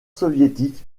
soviétique